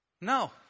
No